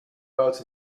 bouts